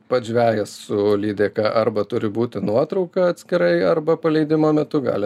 pats žvejas su lydeka arba turi būti nuotrauka atskirai arba paleidimo metu gali